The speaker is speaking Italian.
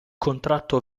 contratto